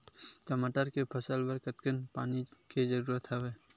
टमाटर के फसल बर कतेकन पानी के जरूरत हवय?